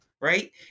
right